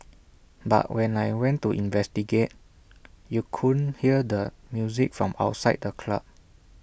but when I went to investigate you couldn't hear the music from outside the club